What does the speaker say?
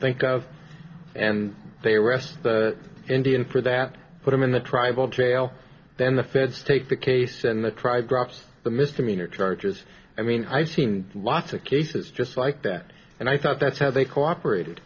think of and they arrest the indian for that put him in the tribal jail then the feds take the case and the tribe drops the misdemeanor charges i mean i've seen lots of cases just like that and i thought that's how they cooperated